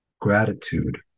gratitude